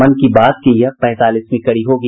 मन की बात की यह पैंतालीसवीं कड़ी होगी